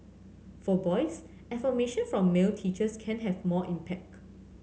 for boys affirmation from male teachers can have more impact